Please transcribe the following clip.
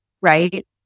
right